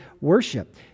worship